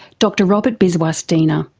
dr robert biswas diener,